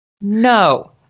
no